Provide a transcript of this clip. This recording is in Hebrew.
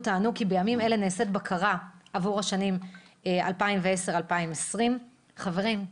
טענו כי בימים אלה נעשית בקרה עבור השנים 2020-2010. חברים,